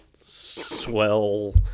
swell